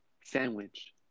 sandwich